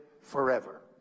forever